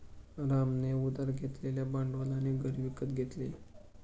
रामने उधार घेतलेल्या भांडवलाने घर विकत घेतले